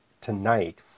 tonight